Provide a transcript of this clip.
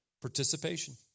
Participation